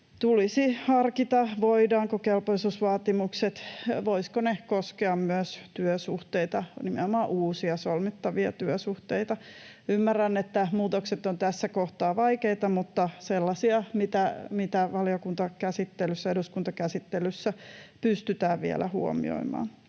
Tulisi harkita, voisivatko kelpoisuusvaatimukset koskea myös työsuhteita, nimenomaan uusia solmittavia työsuhteita. Ymmärrän, että muutokset ovat tässä kohtaa vaikeita mutta sellaisia, mitä valiokuntakäsittelyssä ja eduskuntakäsittelyssä pystytään vielä huomioimaan.